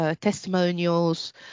testimonials